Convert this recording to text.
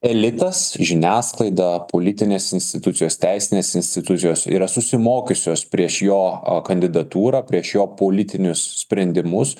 elitas žiniasklaida politinės institucijos teisinės institucijos yra susimokiusios prieš jo a kandidatūrą prieš jo politinius sprendimus